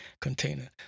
container